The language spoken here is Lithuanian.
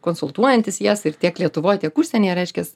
konsultuojantis jas ir tiek lietuvoj tiek užsienyje reiškias